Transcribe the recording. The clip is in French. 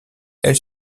elle